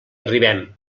arribem